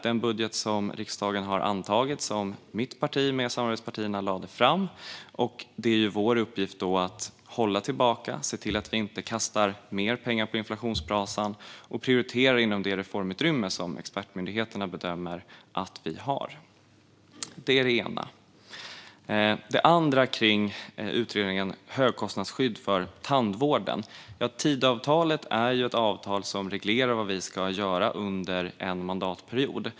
Den budget som riksdagen har antagit är den som mitt parti och samarbetspartierna lade fram. Det är vår uppgift att hålla tillbaka och se till att vi inte kastar mer pengar på inflationsbrasan och att prioritera inom det reformutrymme som expertmyndigheterna bedömer att vi har. Det är det ena. När det gäller det andra, utredningen kring högkostnadsskydd för tandvården, är Tidöavtalet ett avtal som reglerar vad vi ska göra under en mandatperiod.